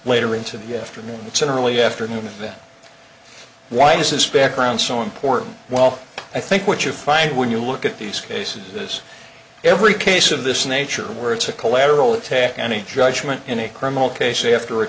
later into the afternoon it's an early afternoon that why is this background so important well i think what you find when you look at these cases every case of this nature were it's a collateral attack any judgment in a criminal case after a